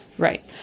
Right